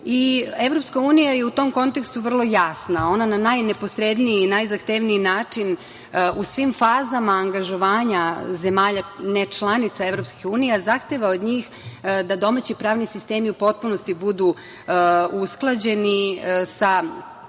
unije. Evropska unija je u tom kontekstu vrlo jasna. Ona na najneposredniji i najzahtevniji način u svim fazama angažovanja zemalja nečlanica Evropske unije zahteva od njih da domaći pravni sistemi u potpunosti budu usklađeni sa